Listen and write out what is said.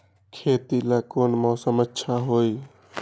खेती ला कौन मौसम अच्छा होई?